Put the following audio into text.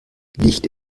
licht